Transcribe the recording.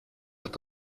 hat